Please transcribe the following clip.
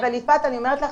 אבל אני אומרת לך